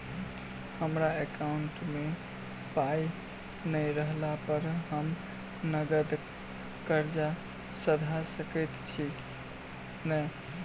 हमरा एकाउंट मे पाई नै रहला पर हम नगद कर्जा सधा सकैत छी नै?